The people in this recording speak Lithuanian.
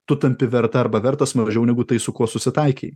tu tampi verta arba vertas mažiau negu tai su kuo susitaikei